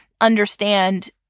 understand